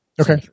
Okay